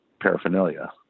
paraphernalia